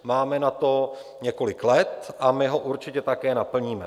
Máme na to několik let a my ho určitě také naplníme.